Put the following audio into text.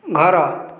ଘର